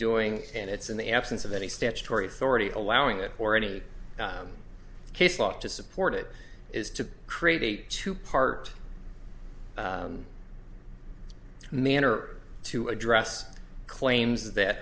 doing and it's in the absence of any statutory authority allowing it or any case law to support it is to create a two part manner to address claims that